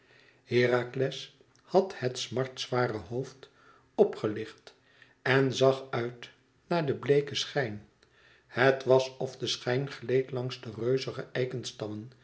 herakles had het smartzware hoofd op gelicht en zag uit naar den bleeken schijn het was of de schijn gleed langs de reuzige